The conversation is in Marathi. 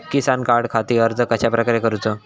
किसान कार्डखाती अर्ज कश्याप्रकारे करूचो?